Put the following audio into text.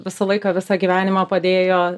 visą laiką visą gyvenimą padėjo